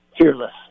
fearless